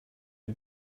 are